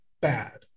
bad